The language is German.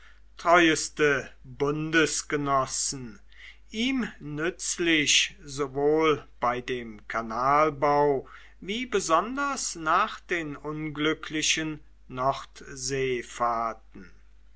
treueste bundesgenossen ihm nützlich sowohl bei dem kanalbau wie besonders nach den unglücklichen nordseefahrten